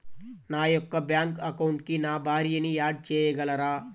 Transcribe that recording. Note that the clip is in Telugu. నా యొక్క బ్యాంక్ అకౌంట్కి నా భార్యని యాడ్ చేయగలరా?